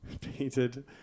painted